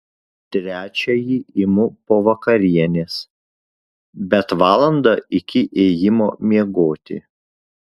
trečiąjį imu po vakarienės bet valandą iki ėjimo miegoti